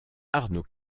arnaud